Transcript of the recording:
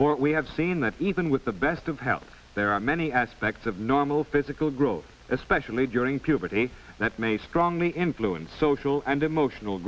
we have seen that even with the best of health there are many aspects of normal physical growth especially during puberty that may strongly influenced social and emotional